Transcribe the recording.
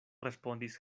respondis